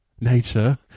Nature